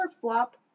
flop